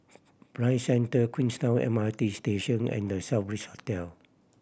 Prime Centre Queenstown M R T Station and The Southbridge Hotel